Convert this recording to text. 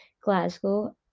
Glasgow